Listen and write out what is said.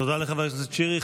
תודה לחבר הכנסת שירי.